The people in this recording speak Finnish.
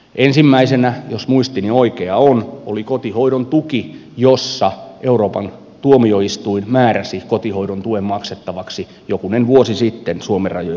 ensimmäisenä jos muistini oikea on oli kotihoidon tuki jossa euroopan tuomioistuin määräsi kotihoidon tuen maksettavaksi jokunen vuosi sitten suomen rajojen ulkopuolelle